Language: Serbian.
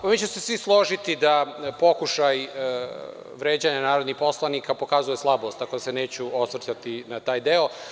Vi ćete se svi složiti da pokušaj vređanja narodnih poslanika pokazuje slabost, tako da se neću osvrtati na taj deo.